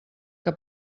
que